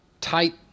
tight